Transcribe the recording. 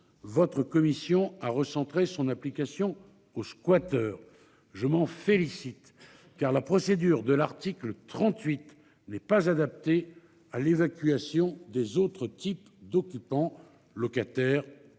votre commission a recentré son application aux squatters. Je m'en félicite car la procédure de l'article 38 n'est pas adaptée à l'évacuation des autres types d'occupants, locataires